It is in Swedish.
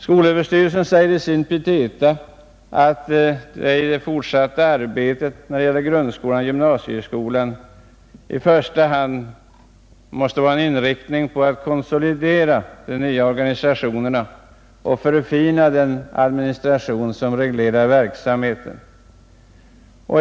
Skolöverstyrelsen framhåller i sina petita att det fortsatta arbetet när det gäller grundskolan och gymnasieskolan i första hand måste inriktas på att konsolidera de nya organisationerna och förfina den administration som reglerar verksamheten.